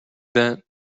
that